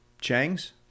chang's